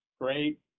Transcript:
great